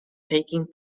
taking